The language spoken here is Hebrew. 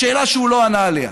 השאלה שהוא לא ענה עליה: